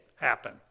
happen